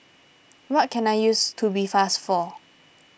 what can I use Tubifast for